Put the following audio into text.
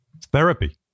Therapy